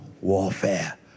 warfare